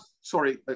sorry